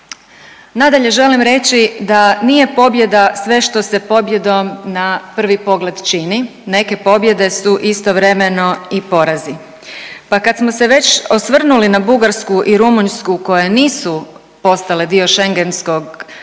Nadalje želim reći da nije pobjeda sve što se pobjedom na prvi pogled čini. Neke pobjede su istovremeno i porazi, pa kad smo se već osvrnuli na Bugarsku i Rumunjsku koje nisu postale dio Schengenskog prostora